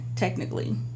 technically